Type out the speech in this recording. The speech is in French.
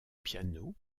piano